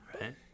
Right